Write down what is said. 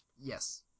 yes